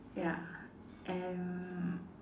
ya and